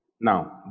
Now